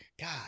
God